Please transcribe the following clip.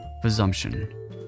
Presumption